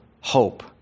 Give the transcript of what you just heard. hope